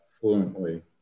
fluently